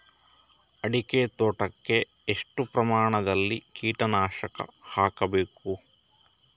ಅಡಿಕೆ ತೋಟಕ್ಕೆ ಎಷ್ಟು ಪ್ರಮಾಣದಲ್ಲಿ ಕೀಟನಾಶಕ ಹಾಕಬೇಕು?